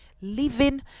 living